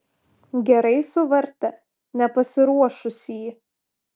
gerai suvartė nepasiruošusį